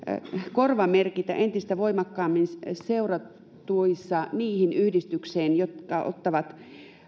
korvamerkitä entistä voimakkaammin seuratuissa niihin yhdistyksiin jotka ottavat